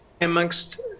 amongst